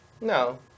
No